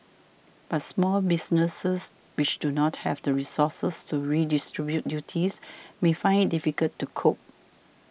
but small businesses which do not have the resources to redistribute duties may find it difficult to cope